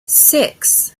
six